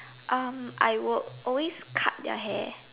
um I would always cut their hair